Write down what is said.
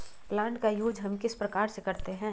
Plant का use हम किस प्रकार से करते हैं?